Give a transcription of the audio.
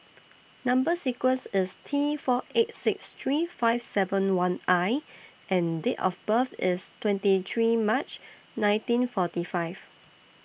Number sequence IS T four eight six three five seven one I and Date of birth IS twenty three March nineteen forty five